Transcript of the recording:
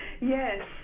yes